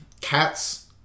cats